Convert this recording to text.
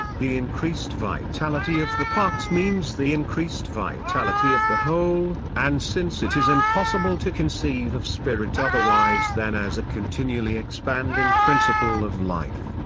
the increased vitality of the parts means the increased vitality of the whole, and since it is impossible to conceive of spirit otherwise than as a continually expanding principle of life,